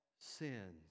sins